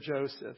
Joseph